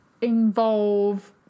involve